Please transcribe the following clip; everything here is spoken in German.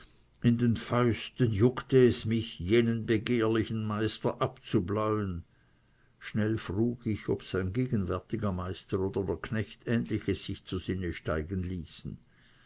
in den fäusten juckte es mich jenen begehrlichen meister abzubläuen schnell frug ich ob sein gegenwärtiger meister oder der knecht ähnliches sich zu sinne steigen ließen